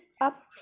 up